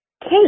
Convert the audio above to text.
Kate